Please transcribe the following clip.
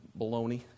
baloney